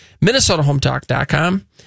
minnesotahometalk.com